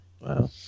Wow